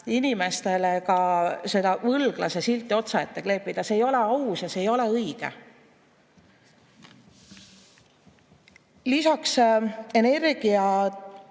inimestele võlglase silti otsaette kleepida. See ei ole aus ja see ei ole õige. Lisaks tuleb energia